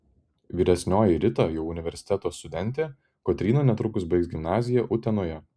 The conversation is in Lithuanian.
vyresnioji rita jau universiteto studentė kotryna netrukus baigs gimnaziją utenoje